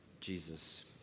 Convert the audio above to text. Jesus